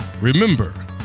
remember